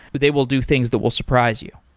but they will do things that will surprise you.